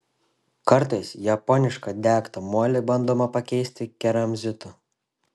kartais japonišką degtą molį bandoma pakeisti keramzitu